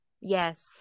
yes